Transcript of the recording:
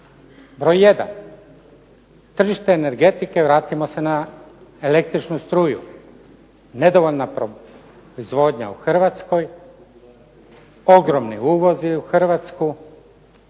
Broj jedan. Tržište energetike vratimo se na električnu struju. Nedovoljna proizvodnja u Hrvatskoj, ogromni uvozi u Hrvatsku.